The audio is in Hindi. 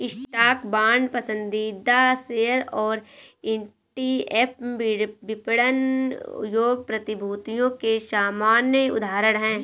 स्टॉक, बांड, पसंदीदा शेयर और ईटीएफ विपणन योग्य प्रतिभूतियों के सामान्य उदाहरण हैं